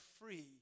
free